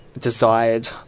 desired